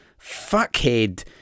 fuckhead